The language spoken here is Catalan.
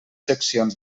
seccions